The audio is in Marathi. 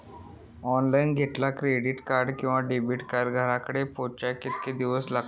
ऑनलाइन घेतला क्रेडिट कार्ड किंवा डेबिट कार्ड घराकडे पोचाक कितके दिस लागतत?